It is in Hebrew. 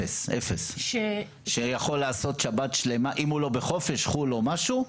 אפם, אם הוא לא בחופש, חוץ לארץ או משהו.